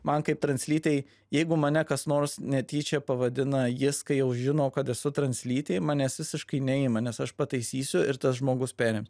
man kaip translytei jeigu mane kas nors netyčia pavadina jis kai jau žino kad esu translytė manęs visiškai neima nes aš pataisysiu ir tas žmogus perim